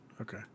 Okay